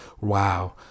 Wow